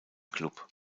club